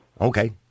Okay